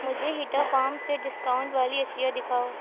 مجھے ہیٹا فام سے ڈسکاؤنٹ والی اشیا دکھاؤ